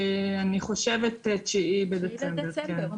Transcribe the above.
אני חושבת ב-9 בדצמבר.